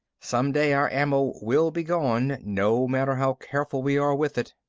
some day our ammo will be gone, no matter how careful we are with it.